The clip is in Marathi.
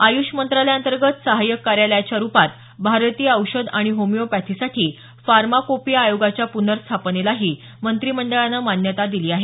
आयूष मंत्रालयाअंतर्गत सहायक कार्यालयाच्या रुपात भारतीय औषध आणि होमिओपॅथीसाठी फार्माकोपिया आयोगाच्या पुनर्स्थापनेलाही मंत्रिमंडळानं मान्यता दिली आहे